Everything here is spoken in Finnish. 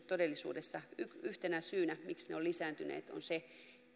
todellisuudessa yhtenä syynä siihen miksi matkasynnytykset ovat lisääntyneet se